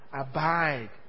Abide